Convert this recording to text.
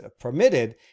permitted